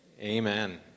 amen